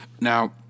Now